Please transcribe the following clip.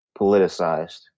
politicized